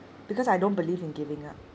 because I don't believe in giving up